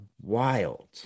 wild